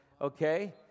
okay